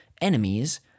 enemies